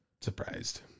surprised